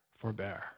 forbear